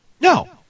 No